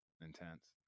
intense